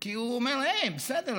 כי הוא אומר: בסדר,